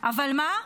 אבל מה?